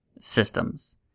Systems